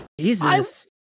Jesus